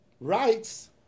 rights